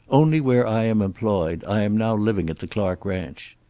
only where i am employed. i am now living at the clark ranch.